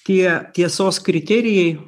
tie tiesos kriterijai